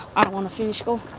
i don't want to finish school.